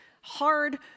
hard